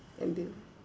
ambulance